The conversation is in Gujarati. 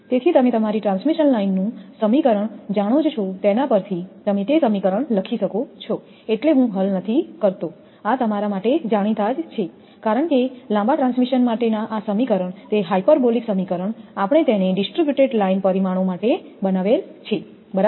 તેથી તમે તમારી ટ્રાન્સમિશન લાઇન નું સમીકરણ જાણો જ છો તેના પરથી તમે તે સમીકરણ લખી શકો છો એટલે હું અહીં હલ કરતો નથી આ તમારા માટે જાણીતા જ છે કારણ કે લાંબા ટ્રાન્સમિશન માટે આ સમીકરણ તે હાયપરબોલિક સમીકરણ આપણે તેને ડિસ્ટ્રીબ્યુટેડ લાઇન પરિમાણો માટે બનાવેલ છે બરાબર